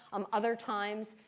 um other times,